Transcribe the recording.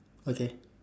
okay